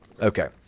Okay